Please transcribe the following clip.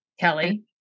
Kelly